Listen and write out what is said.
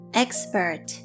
expert